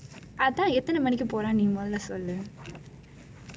அதான் எத்தனை மணிக்கு போறேன் நீ முதலில் சொள்ளு:athaan ethanai manikku poraen ni muthalil sollu